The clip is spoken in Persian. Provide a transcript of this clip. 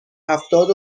هفتاد